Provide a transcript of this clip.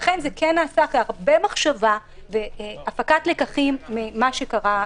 לכן זה כן נעשה אחרי הרבה מחשבה והפקת לקחים ממה שקרה בפועל.